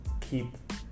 keep